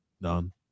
None